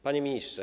Panie Ministrze!